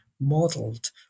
modeled